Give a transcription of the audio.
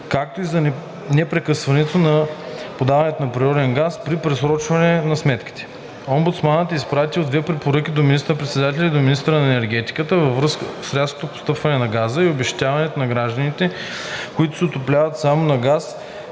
както и за непрекъсване на подаването на природен газ при просрочие. Омбудсманът е изпратил две препоръки до министър-председателя и до министъра на енергетиката във връзка с рязкото поскъпване на газта и обезщетяването на гражданите, които се отопляват само на газ